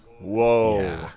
Whoa